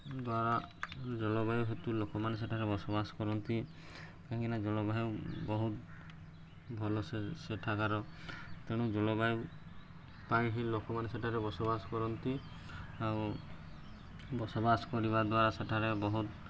ଦ୍ୱାରା ଜଳବାୟୁ ହେତୁ ଲୋକମାନେ ସେଠାରେ ବସବାସ କରନ୍ତି କାହିଁକିନା ଜଲବାୟୁ ବହୁତ ଭଲସେ ସେଠାକାର ତେଣୁ ଜଳବାୟୁ ପାଇଁ ହିଁ ଲୋକମାନେ ସେଠାରେ ବସବାସ କରନ୍ତି ଆଉ ବସବାସ କରିବା ଦ୍ୱାରା ସେଠାରେ ବହୁତ